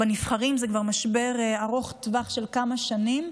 בנבחרים זה כבר משבר ארוך טווח של כמה שנים,